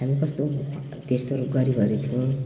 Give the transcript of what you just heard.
हाम्रो कस्तो त्यस्तो गरिबहरू थियो